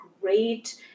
great